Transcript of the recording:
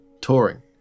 touring